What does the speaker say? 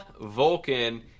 Vulcan